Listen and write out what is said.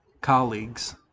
colleagues